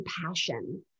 compassion